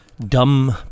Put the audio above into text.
Dumb